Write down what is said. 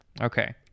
Okay